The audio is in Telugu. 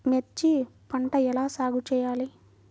మిర్చి పంట ఎలా సాగు చేయాలి?